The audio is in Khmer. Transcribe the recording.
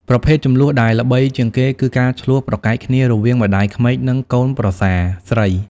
ប្រភេទជម្លោះដែលល្បីជាងគេគឺការឈ្លោះប្រកែកគ្នារវាងម្តាយក្មេកនិងកូនប្រសាស្រី។